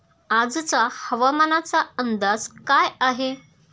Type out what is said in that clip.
आजचा हवामानाचा अंदाज काय आहे?